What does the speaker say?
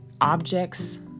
objects